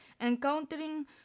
encountering